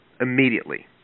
immediately